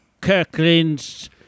Kirkland's